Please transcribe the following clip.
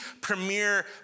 premier